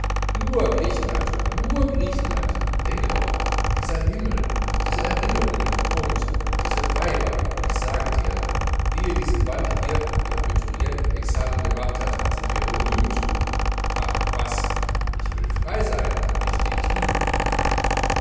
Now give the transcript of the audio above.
nur griechenland nur griechenland denke doch dieser himmel diese erinnerungen und diese weiber ich sage dir ehe diese bande hier ihr abiturientenexamen gemacht hat sind wir berühmt ach was ich will frei sein und nicht dichten